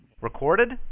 Recorded